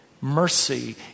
Mercy